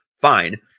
Fine